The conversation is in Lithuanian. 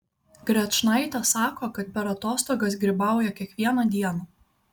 grečnaitė sako kad per atostogas grybauja kiekvieną dieną